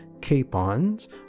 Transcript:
capons